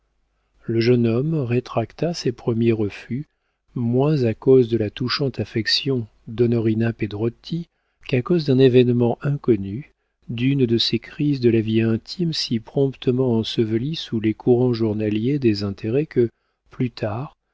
le jeune homme rétracta ses premiers refus moins à cause de la touchante affection d'onorina pedrotti qu'à cause d'un événement inconnu d'une de ces crises de la vie intime si promptement ensevelies sous les courants journaliers des intérêts que plus tard